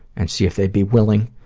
and see if they'd be willing